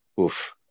oof